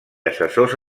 assessors